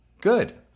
Good